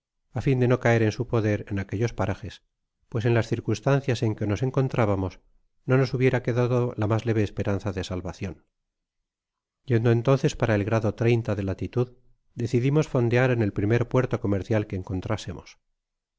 á fin de no caer en su poier en aquellos parajes pues en las circunstancias en que nos encontrábamos no nos hubiera quedado la mas leve esperanza de salvacion yendo entonces para el grado de latitud decidimos fondear en el primer puerto comercial que encontrásemos